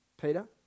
Peter